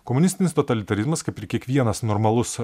komunistinis totalitarizmas kaip ir kiekvienas normalus